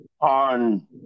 on